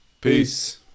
Peace